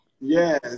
Yes